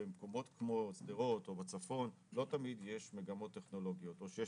שבמקומות כמו שדרות או בצפון לא תמיד יש מגמות טכנולוגיות או שיש